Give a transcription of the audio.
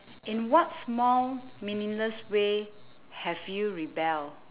in what small meaningless way have you rebel